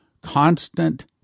constant